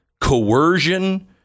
coercion